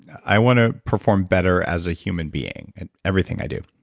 i want to perform better as a human being in everything i do,